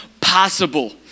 possible